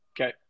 Okay